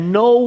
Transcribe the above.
no